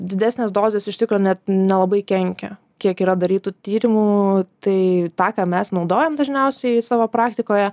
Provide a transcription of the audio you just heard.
didesnės dozės iš tikro net nelabai kenkia kiek yra darytų tyrimų tai tą ką mes naudojam dažniausiai savo praktikoje